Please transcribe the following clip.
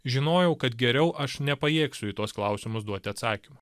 žinojau kad geriau aš nepajėgsiu į tuos klausimus duoti atsakymų